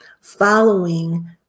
following